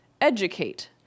educate